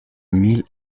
mil